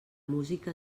música